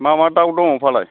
मा मा दाव दङ फालाय